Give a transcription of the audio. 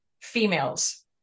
females